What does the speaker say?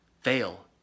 Fail